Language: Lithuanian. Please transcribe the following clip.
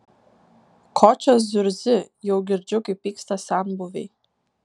ko čia zurzi jau girdžiu kaip pyksta senbuviai